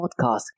podcast